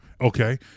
Okay